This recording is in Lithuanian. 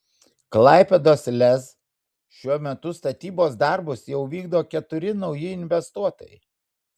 klaipėdos lez šiuo metu statybos darbus jau vykdo keturi nauji investuotojai